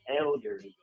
elders